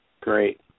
Great